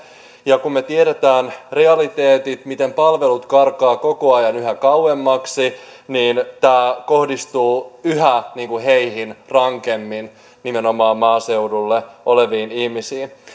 ja kun me tiedämme realiteetit miten palvelut karkaavat koko ajan yhä kauemmaksi niin tämä kohdistuu yhä rankemmin nimenomaan maaseudulla oleviin ihmisiin